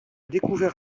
découvert